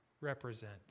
represent